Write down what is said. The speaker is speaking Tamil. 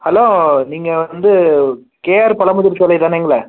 ஹலோ நீங்கள் வந்து கேஆர் பழமுதிர்சோலை தானேங்களே